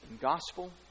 gospel